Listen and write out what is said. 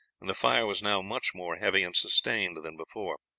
and the fire was now much more heavy and sustained than before.